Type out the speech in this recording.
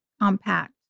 compact